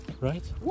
Right